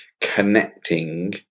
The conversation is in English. connecting